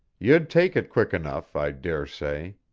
you'd take it quick enough, i dare say.